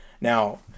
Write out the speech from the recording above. Now